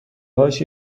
هاش